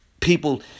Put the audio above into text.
people